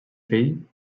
fill